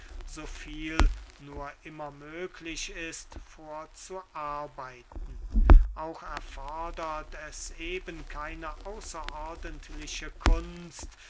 so viel nur immer möglich ist vorzuarbeiten auch erfordert es eben keine außerordentliche kunst